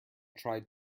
tried